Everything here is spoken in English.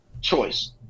choice